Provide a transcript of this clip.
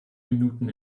minuten